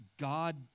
God